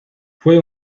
fue